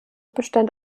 bestand